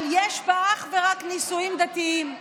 אבל יש בה אך ורק נישואים דתיים.